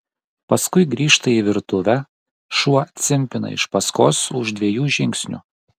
paskui grįžta į virtuvę šuo cimpina iš paskos už dviejų žingsnių